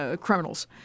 Criminals